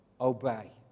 obey